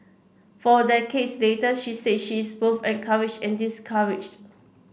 four decades later she say she is both encouraged and discouraged